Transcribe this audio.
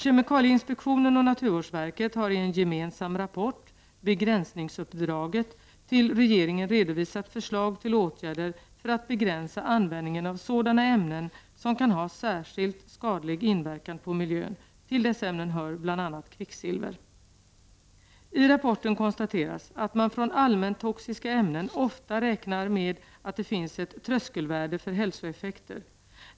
Kemikalieinspektionen och naturvårdsverket har i en gemensam rapport ''Begränsningsuppdraget'' till regeringen redovisat förslag till åtgärder för att begränsa användningen av sådana ämnen som kan ha särskilt skadlig inverkan på miljön. Till dessa ämnen hör bl.a. kvicksilver. I rapporten konstateras att man för allmäntoxiska ämnen ofta räknar med att det finns ett tröskelvärde för hälsoeffekter.